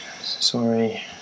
sorry